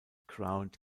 crowned